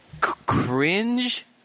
cringe